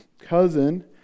cousin